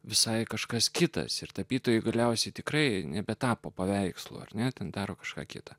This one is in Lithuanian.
visai kažkas kitas ir tapytojai galiausiai tikrai nebetapo paveikslų ar net daro kažką kita